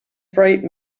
bright